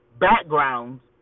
backgrounds